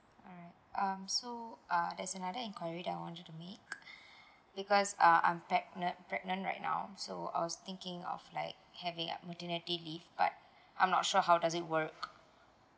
um so uh that's another enquiry that I wanted to make because uh I'm pregnant pregnant right now so I was thinking of like having like maternity leave but I'm not sure how does it work